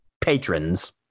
patrons